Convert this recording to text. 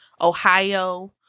Ohio